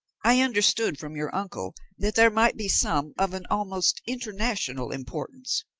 i understood from your uncle that there might be some of an almost international importance.